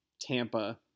Tampa